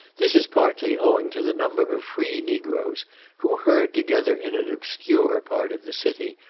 this is partly owing to the number of free negroes who herd together in an obscure part of the city,